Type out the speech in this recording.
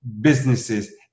businesses